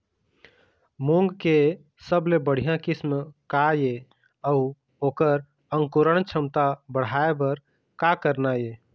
मूंग के सबले बढ़िया किस्म का ये अऊ ओकर अंकुरण क्षमता बढ़ाये बर का करना ये?